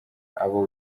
abo